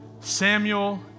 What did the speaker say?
Samuel